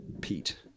pete